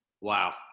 wow